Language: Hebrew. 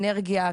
אנרגיה,